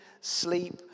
sleep